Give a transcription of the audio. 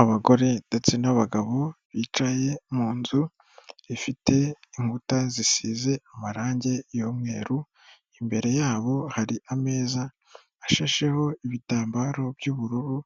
Abagore ndetse n'abagabo bicaye mu nzu ifite inkuta zisize amarangi y'umweru imbere yabo hari ameza ashasheho ibitambaro by'ubururu